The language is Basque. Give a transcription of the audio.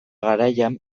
garaian